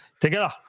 together